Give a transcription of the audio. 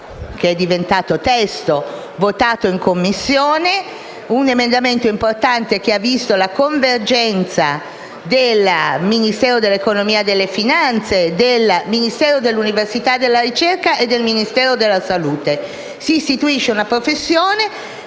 diventato testo, votato in Commissione. Un emendamento importante, che ha visto la convergenza del Ministero dell'economia e delle finanze, del Ministero dell'università e della ricerca e del Ministero della salute. Si istituisce una professione